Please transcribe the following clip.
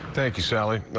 thank you, so like